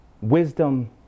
wisdom